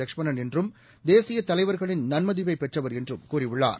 வட்சுமணன் என்றும் தேசிய தலைவர்களின் நன்மதிப்பை பெற்றவர் என்றும் கூறியுள்ளார்